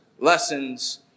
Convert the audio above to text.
lessons